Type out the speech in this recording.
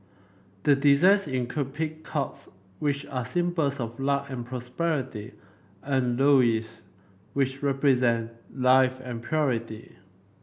the designs include peacocks which are symbols of luck and prosperity and lotuses which represent life and purity